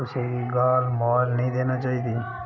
कुसै ई गाल मुहाल नेईं देना चाहिदी